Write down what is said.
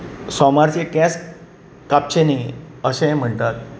सोमारचे केंस कापचे न्ही अशेंय म्हणटात